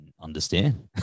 understand